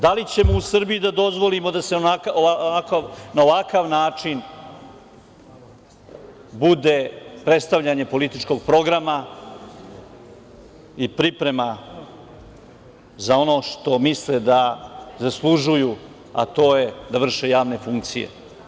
Da li ćemo u Srbiji da dozvolimo da na ovakav način bude predstavljanje političkog programa i priprema za ono što misle da zaslužuju, a to je da vrše javne funkcije?